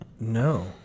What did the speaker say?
No